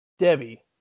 debbie